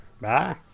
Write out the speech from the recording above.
Bye